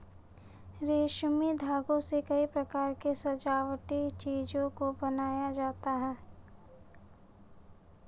रेशमी धागों से कई प्रकार के सजावटी चीजों को बनाया जाता है